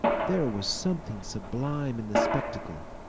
there was something sublime in the spectacle.